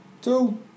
Two